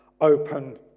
open